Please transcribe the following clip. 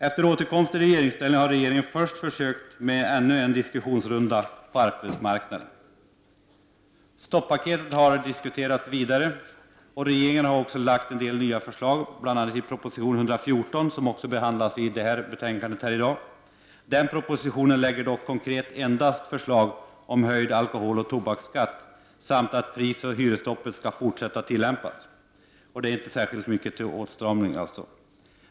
Efter återkomsten i regeringsställning har regeringen först försökt med ännu en diskussionsrunda med arbetsmarknadens parter. Stoppaketet har diskuterats vidare, och regeringen har också lagt fram en del nya förslag, bl.a. i proposition 114 som behandlas i dagens betänkande. Denna proposition innehåller dock endast konkreta förslag om höjd alkoholoch tobaksskatt samt om fortsatt prisoch hyresstopp. Det är således inte mycket till åtstramning.